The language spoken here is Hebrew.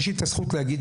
יש לי הזכות להגיד,